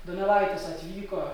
donelaitis atvyko